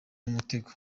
mutego